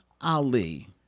Ali